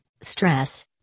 stress